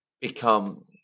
become